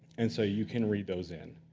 and so you can read those in.